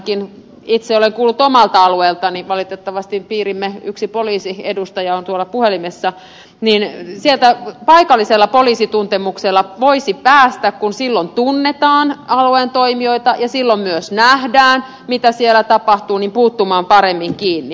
ainakin itse olen kuullut omalta alueeltani valitettavasti piirimme yksi poliisiedustaja on tuolla puhelimessa että sieltä paikallisella poliisituntemuksella voisi päästä puuttumaan paremmin kiinni kun silloin tunnetaan alueen toimijoita ja silloin myös nähdään mitä siellä tapahtuu